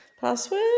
password